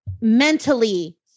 mentally